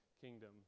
kingdom